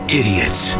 idiots